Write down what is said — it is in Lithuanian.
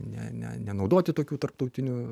ne ne nenaudoti tokių tarptautinių